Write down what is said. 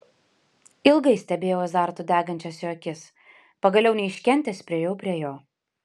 ilgai stebėjau azartu degančias jo akis pagaliau neiškentęs priėjau prie jo